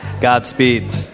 Godspeed